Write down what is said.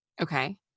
Okay